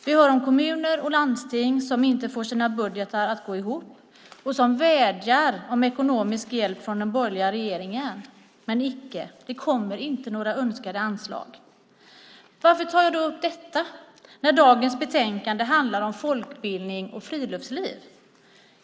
Vi hör om kommuner och landsting som inte får sina budgetar att gå ihop och som vädjar om ekonomisk hjälp från den borgerliga regeringen, men icke, det kommer inte några ökade anslag. Varför tar jag då upp detta när dagens betänkande handlar om folkbildning och friluftsliv?